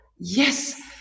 Yes